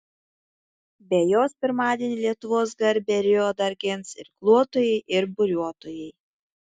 be jos pirmadienį lietuvos garbę rio dar gins irkluotojai ir buriuotojai